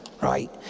right